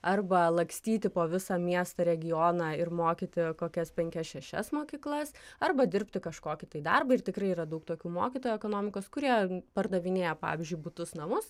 arba lakstyti po visą miestą regioną ir mokyti kokias penkias šešias mokyklas arba dirbti kažkokį tai darbą ir tikrai yra daug tokių mokytojų ekonomikos kurie pardavinėja pavyzdžiui butus namus